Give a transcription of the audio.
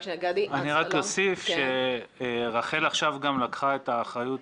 אני רק אוסיף שרח"ל עכשיו גם לקחה את האחריות